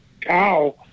cow